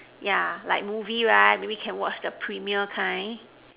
yeah like movie like maybe can watch the premium kind